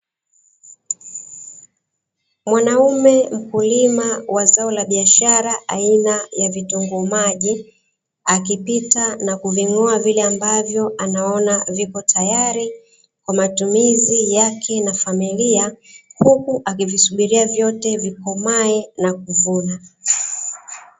Mwanaume mkulima wa zao la biashara aina ya vitunguu maji, akipita na kuving'oa vile ambavyo anaona vipo tayari kwa matumizi yake na familia, huku akivisubiria vyote vikomae na kuvuna.